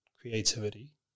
creativity